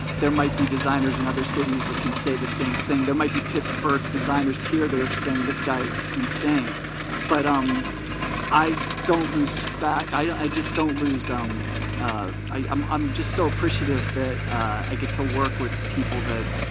there might be designers in other cities that can say the same thing there might be pittsburgh designers here they're saying this guy is insane but um i don't lose fact i i just don't lose them um i'm um um just so appreciative that i get to work with people that